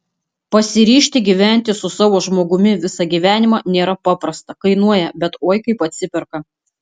pasiryžti gyventi su savo žmogumi visą gyvenimą nėra paprasta kainuoja bet oi kaip atsiperka